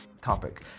topic